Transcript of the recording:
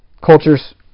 cultures